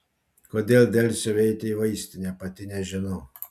kodėl delsiau eiti į vaistinę pati nežinau